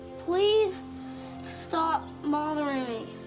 please stop bothering